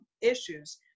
issues